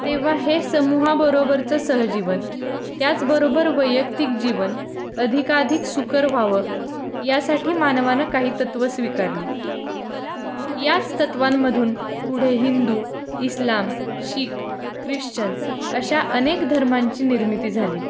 तेव्हा हे समूहाबरोबरचं सहजीवन त्याचबरोबर वैयक्तिक जीवन अधिकाधिक सुकर व्हावं यासाठी मानवानं काही तत्त्व स्वीकारली याच तत्त्वांमधून पुढे हिंदू इस्लाम शीख ख्रिश्चन अशा अनेक धर्मांची निर्मिती झाली